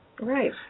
Right